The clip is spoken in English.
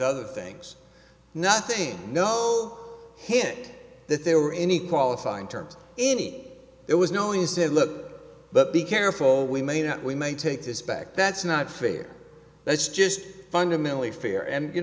other things nothing no hint that there were any qualifying terms any there was no you said look but be careful we may not we may take this back that's not fair that's just fundamentally fair and you